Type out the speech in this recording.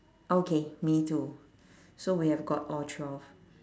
okay me too so we have got all twelve